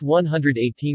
118%